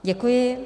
Děkuji.